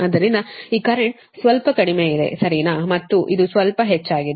ಆದ್ದರಿಂದ ಈ ಕರೆಂಟ್ ಸ್ವಲ್ಪ ಕಡಿಮೆಯಿದೆ ಸರಿನಾ ಮತ್ತು ಇದು ಸ್ವಲ್ಪ ಹೆಚ್ಚಾಗಿದೆ